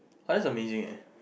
!wah! that's amazing leh